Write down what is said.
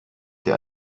der